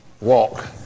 Walk